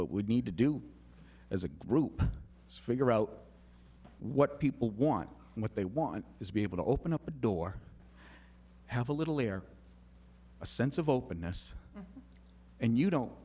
what would need to do as a group is figure out what people want what they want is be able to open up a door have a little air a sense of openness and you don't